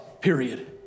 period